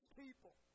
people